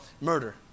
murder